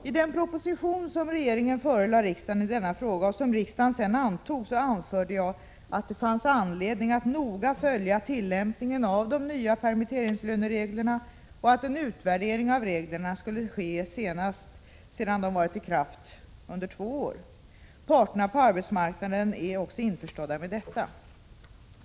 I den proposition som regeringen förelade riksdagen i denna fråga, och som riksdagen sedan antog, anförde jag att det fanns anledning att noga följa tillämpningen av de nya permitteringslönereglerna och att en utvärdering av reglerna skulle ske senast sedan de har varit i kraft under två år. Parterna på arbetsmarknaden är också införstådda med detta.